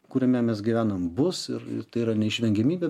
kuriame mes gyvenam bus ir tai yra neišvengiamybė